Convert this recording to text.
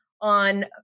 on